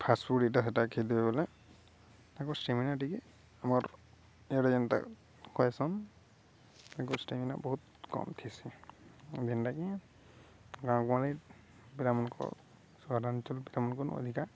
fast food ଏଇଟା ସେଇଟା ଖେଦି ବଲେ ତାକୁ ଷ୍ଟାମିନା ଟିକେ ଆମର୍ ଏଆଡ଼େ ଯେନ୍ତା କଏସନ୍ ତାକୁ ଷ୍ଟାମିନା ବହୁତ କମ୍ ଥିସି ଯେନ୍ଟାକି ଗାଁଗହଳି ସହରାଞ୍ଚଳ ଅଧିକା